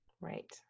right